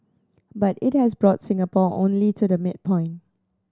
but it has brought Singapore only to the midpoint